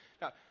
Now